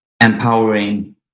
empowering